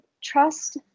trust